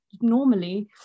normally